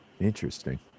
interesting